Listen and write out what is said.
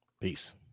Peace